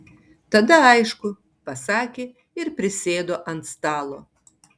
tada aišku pasakė ir prisėdo ant stalo